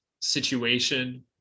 situation